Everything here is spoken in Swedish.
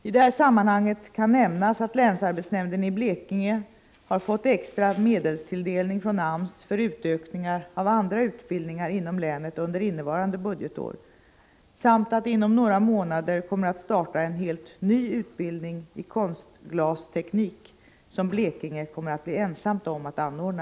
I det här sammanhanget kan nämnas att länsarbetsnämnden i Blekinge har fått extra medelstilldelning från AMS för utökningar av andra utbildningar inom länet under innevarande budgetår samt att det inom några månader kommer att starta en helt ny utbildning i konstglasteknik, som Blekinge kommer att bli ensamt om att anordna.